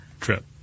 trip